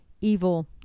evil